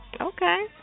Okay